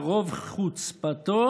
ברוב חוצפתו